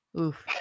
oof